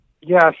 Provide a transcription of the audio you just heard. Yes